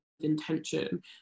intention